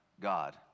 God